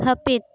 ᱦᱟᱹᱯᱤᱫ